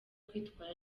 kwitwara